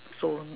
so